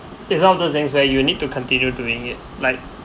it's one of those things where you need to continue doing it like